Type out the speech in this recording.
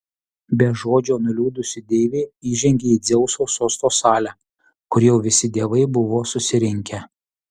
be žodžio nuliūdusi deivė įžengė į dzeuso sosto salę kur jau visi dievai buvo susirinkę